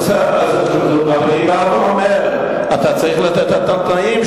אז אני בא ואומר: אתה צריך לתת את התנאים,